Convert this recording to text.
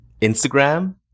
instagram